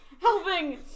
Helping